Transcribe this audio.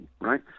right